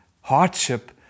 hardship